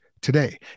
today